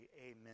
amen